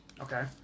Okay